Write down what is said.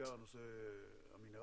בעיקר נושא המינרלים,